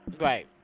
Right